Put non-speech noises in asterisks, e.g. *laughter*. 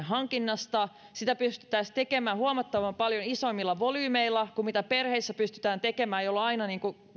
*unintelligible* hankinnasta sitä pystyttäisiin tekemään huomattavan paljon isommilla volyymeillä kuin mitä perheissä pystytään tekemään jolloin aina